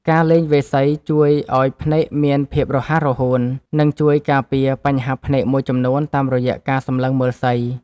ការលេងវាយសីជួយឱ្យភ្នែកមានភាពរហ័សរហួន និងជួយការពារបញ្ហាភ្នែកមួយចំនួនតាមរយៈការសម្លឹងមើលសី។